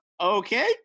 okay